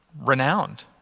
renowned